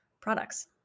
products